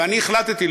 ואני החלטתי,